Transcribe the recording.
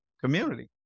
community